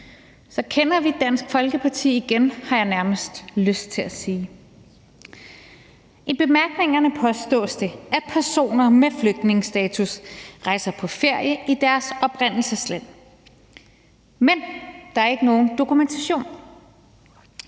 Så kender vi Dansk Folkeparti igen, har jeg nærmest lyst til at sige. I bemærkningerne påstås det, at personer med flygtningestatus rejser på ferie i deres oprindelsesland, men der er ikke nogen dokumentation.